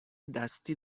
دستی